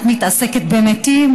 את מתעסקת במתים.